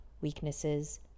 weaknesses